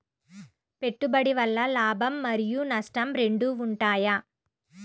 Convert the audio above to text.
పెట్టుబడి వల్ల లాభం మరియు నష్టం రెండు ఉంటాయా?